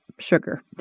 sugar